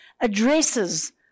addresses